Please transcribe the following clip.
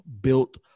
Built